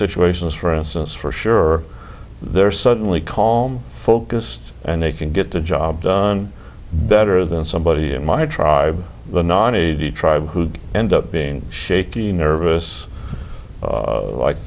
situations for instance for sure they're suddenly call focused and they can get the job done better than somebody in my tribe the nonny the tribe who end up being shaky nervous like